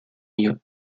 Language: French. mieux